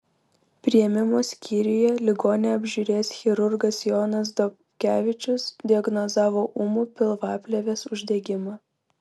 priėmimo skyriuje ligonį apžiūrėjęs chirurgas jonas dobkevičius diagnozavo ūmų pilvaplėvės uždegimą